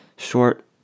short